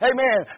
Amen